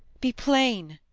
be plain.